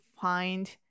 find